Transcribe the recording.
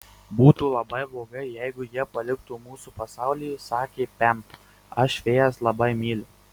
būtų labai blogai jeigu jie paliktų mūsų pasaulį sakė pem aš fėjas labai myliu